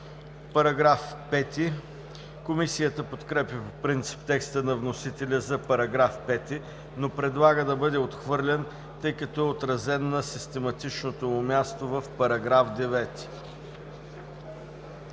Закона. Комисията подкрепя по принцип текста на вносителя за § 5, но предлага да бъде отхвърлен, тъй като е отразен на систематичното му място в § 9.